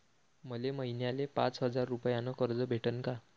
मले महिन्याले पाच हजार रुपयानं कर्ज भेटन का?